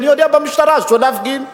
אני יודע שבמשטרה אסור להפגין,